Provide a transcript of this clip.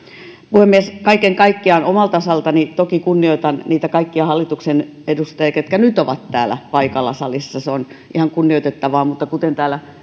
puhemies kaiken kaikkiaan omalta osaltani toki kunnioitan niitä kaikkia hallituksen edustajia ketkä nyt ovat täällä paikalla salissa se on ihan kunnioitettavaa mutta kuten täällä